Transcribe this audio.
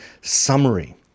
summary